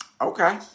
Okay